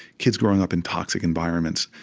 kids growing up in toxic environments.